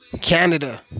Canada